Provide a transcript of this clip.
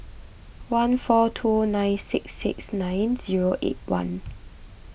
one four two nine six six nine zero eight one